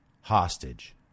hostage